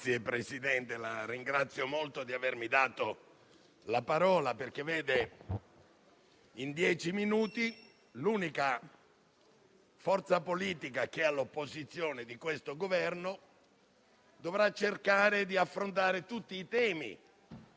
Signor Presidente, la ringrazio molto di avermi dato la parola, perché in dieci minuti l'unica forza politica che è all'opposizione di questo Governo dovrà cercare di affrontare tutti i temi